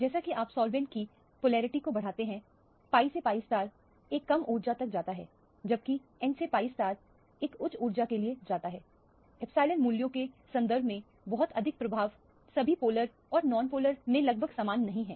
जैसा कि आप सॉल्वेंट की पोलैरिटी को बढ़ाते हैंpi सेpi एक कम ऊर्जा तक जाता है जबकि n से pi एक उच्च ऊर्जा के लिए जाता है एप्सिलॉन मूल्यों के संदर्भ में बहुत अधिक प्रभाव सभी पोलर और नॉनपोलर में लगभग समान नहीं है